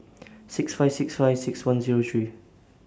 six five six five six one Zero three